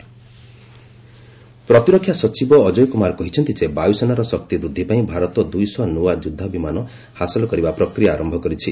defence aircraft ପ୍ରତିରକ୍ଷା ସଚିବ ଅଜୟ କୁମାର କହିଛନ୍ତି ଯେ ବାୟୁସେନାର ଶକ୍ତି ବୃଦ୍ଧି ପାଇଁ ଭାରତ ଦୁଇଶହ ନୂଆ ଯୁଦ୍ଧବିମାନ ହାସଲ କରିବା ପ୍ରକ୍ରିୟା ଆରମ୍ଭ କରିଛି